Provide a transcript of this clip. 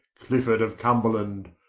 clifford of cumberland,